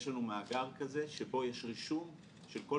יש לנו מאגר כזה שבו יש רישום של כל